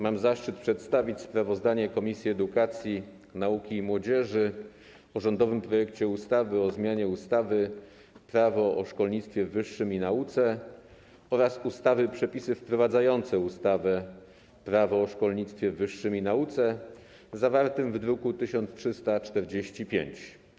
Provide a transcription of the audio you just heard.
Mam zaszczyt przedstawić sprawozdanie Komisji Edukacji, Nauki i Młodzieży o rządowym projekcie ustawy o zmianie ustawy - Prawo o szkolnictwie wyższym i nauce oraz ustawy - Przepisy wprowadzające ustawę - Prawo o szkolnictwie wyższym i nauce, zawartym w druku nr 1345.